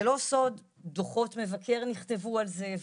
זה לא סוד שדוחות מבקר נכתבו על זה,